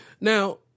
Now